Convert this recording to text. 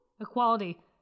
Equality